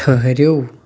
ٹھٔہرِو